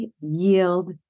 yield